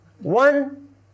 One